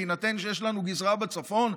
בהינתן שיש לנו גזרה בצפון,